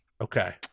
Okay